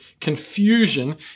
confusion